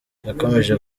yakomeje